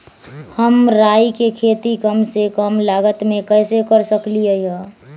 हम राई के खेती कम से कम लागत में कैसे कर सकली ह?